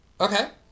Okay